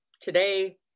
today